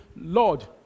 Lord